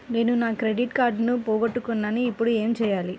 నేను నా క్రెడిట్ కార్డును పోగొట్టుకున్నాను ఇపుడు ఏం చేయాలి?